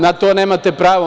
Na to nemate pravo.